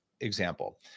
example